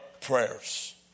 prayers